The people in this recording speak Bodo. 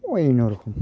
अय्न' रोखोम